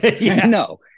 no